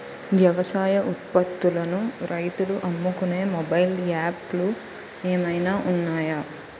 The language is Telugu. వ్యవసాయ ఉత్పత్తులను రైతులు అమ్ముకునే మొబైల్ యాప్ లు ఏమైనా ఉన్నాయా?